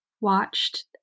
watched